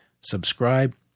subscribe